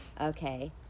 okay